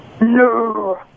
No